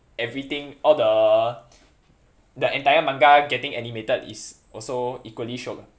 everything all the the entire manga getting animated is also equally shiok ah